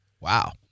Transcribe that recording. Wow